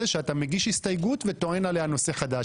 שאתה מגיש הסתייגות וטוען עליה נושא חדש.